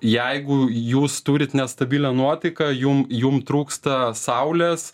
jeigu jūs turit nestabilią nuotaiką jum jum trūksta saulės